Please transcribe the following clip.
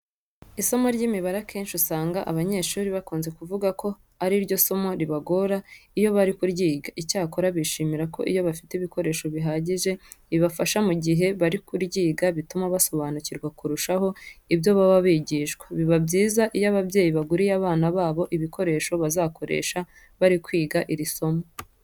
Isomo ry'imibare akenshi usanga abanyeshuri bakunze kuvuga ko ari ryo somo ribagora iyo bari kuryiga. Icyakora bishimira ko iyo bafite ibikoresho bihagije bifashisha mu gihe bari kuryiga bituma basobanukirwa kurushaho ibyo baba bigishwa. Biba byiza iyo ababyeyi baguriye abana babo ibikoresho bazakoresha bari kwiga iri somo.